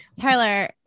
Tyler